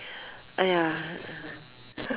!aiya!